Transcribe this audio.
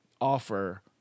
offer